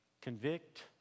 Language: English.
convict